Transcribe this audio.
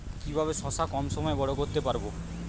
কিভাবে শশা কম সময়ে বড় করতে পারব?